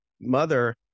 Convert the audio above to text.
mother